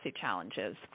challenges